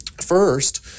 First